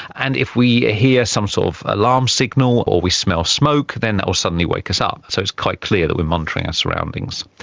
and if we hear some sort of alarm signal or we smell smoke, then that will suddenly wake us up. so it's quite clear that we're monitoring our and surroundings.